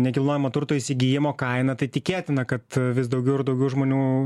nekilnojamo turto įsigijimo kaina tai tikėtina kad vis daugiau ir daugiau žmonių